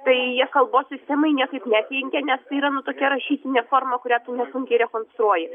tai jie kalbos sistemai niekaip nekenkia nes yra nu tokia rašytinė forma kurią tu nesunkiai rekonstruoji